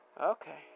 Okay